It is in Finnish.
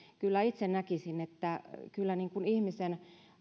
kyllä itse näkisin että ihmisen